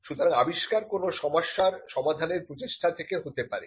সুতরাং আবিষ্কার কোন সমস্যার সমাধানের প্রচেষ্টা থেকে হতে পারে